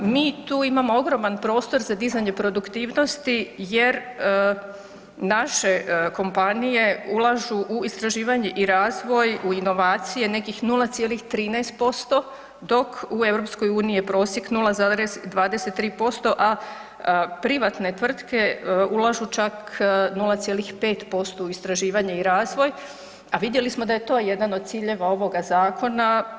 Mi tu imamo ogroman prostor za dizanje produktivnosti jer naše kompanije ulažu u istraživanje i razvoj u inovacije nekih 0,13% dok u EU je prosjek 0,23%, a privatne tvrtke ulažu čak 0,5% u istraživanje i razvoj, a vidjeli smo da je to jedan od ciljeva ovoga zakona.